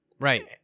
right